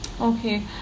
Okay